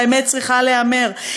והאמת צריכה להיאמר.